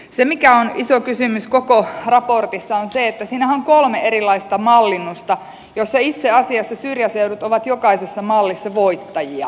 se mikä on iso kysymys koko raportissa on se että siinähän on kolme erilaista mallinnusta ja itse asiassa syrjäseudut ovat jokaisessa mallissa voittajia